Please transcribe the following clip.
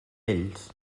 ells